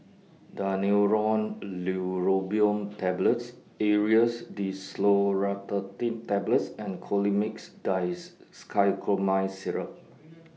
Daneuron Neurobion Tablets Aerius DesloratadineTablets and Colimix Dicyclomine Syrup